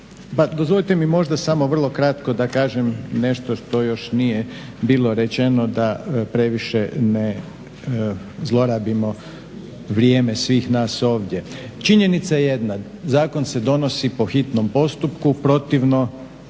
dozvolite mi možda samo vrlo kratko da kažem nešto što još nije bilo rečeno da previše ne zlorabimo vrijeme svih nas ovdje. Činjenica jedna zakon se donosi po hitnom postupku protivno